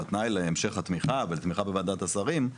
התנאי להמשך התמיכה ולתמיכה בוועדת השרים הוא